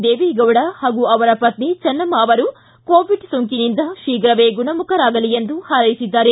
ದೇವೇಗೌಡ ಹಾಗೂ ಅವರ ಪತ್ನಿ ಚೆನ್ನಮ್ಮ ಅವರು ಕೋವಿಡ್ ಸೋಂಕಿನಿಂದ ಶೀಘವೇ ಗುಣಮುಖರಾಗಲಿ ಎಂದು ಹಾರೈಸಿದ್ದಾರೆ